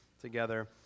together